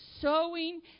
sowing